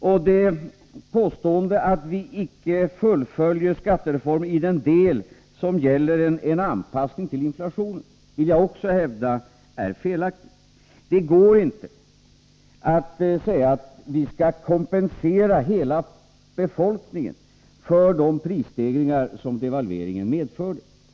Också påståendet att vi icke fullföljer skattereformen i den del som gäller en anpassning till inflationen är felaktigt. Det går inte att säga att vi skall kompensera hela befolkningen för de prisstegringar som devalveringen medförde.